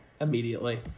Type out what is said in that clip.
immediately